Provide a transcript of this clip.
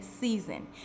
season